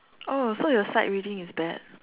oh so your sight reading is bad